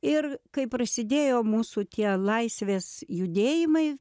ir kai prasidėjo mūsų tie laisvės judėjimai